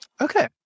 Okay